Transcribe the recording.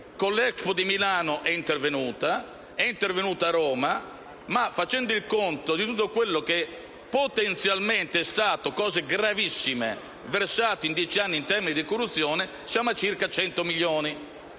con l'Expo di Milano ed è intervenuta a Roma. Ma, facendo il conto di tutto quello che potenzialmente è stato - cose gravissime - versato in dieci anni in termini di corruzione, siamo a circa 100 milioni